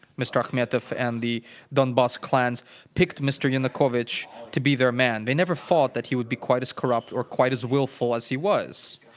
mr. akhmetov and the donbass clans picked mr. yanukovych to be their man. they never thought that he would be quite as corrupt or quite as willful as he was,